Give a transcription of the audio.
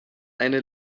eine